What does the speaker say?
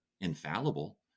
infallible